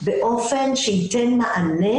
הופץ תזכיר חוק מתי בפעם האחרונה?